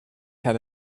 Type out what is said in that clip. had